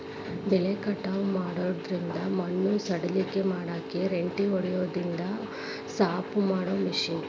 ಬೆಳಿ ಕಟಾವ ಮಾಡಿಂದ ಮಣ್ಣ ಸಡಿಲ ಮಾಡಾಕ ರೆಂಟಿ ಹೊಡದಿಂದ ಸಾಪ ಮಾಡು ಮಿಷನ್